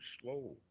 slow